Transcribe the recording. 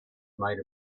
made